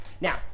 now